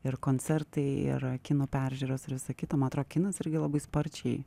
ir koncertai ir kino peržiūros ir visa kita ma atodo kinas irgi labai sparčiai